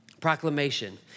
Proclamation